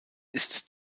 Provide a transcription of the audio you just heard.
ist